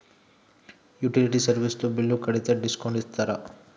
Utility service తో bill కడితే discount ఇస్తరా?